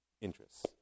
interests